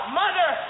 mother